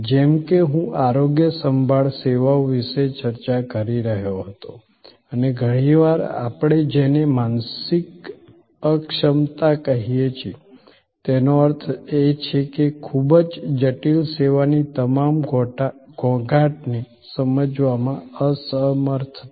જેમ કે હું આરોગ્ય સંભાળ સેવાઓ વિશે ચર્ચા કરી રહ્યો હતો અને ઘણીવાર આપણે જેને માનસિક અક્ષમતા કહીએ છીએ તેનો અર્થ એ કે ખૂબ જ જટિલ સેવાની તમામ ઘોંઘાટને સમજવામાં અસમર્થતા